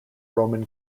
roman